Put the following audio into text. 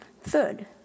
Third